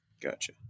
Gotcha